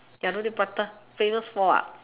ya roti prata famous for what